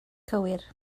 cywir